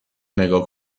نگاه